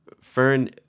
fern